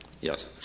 Yes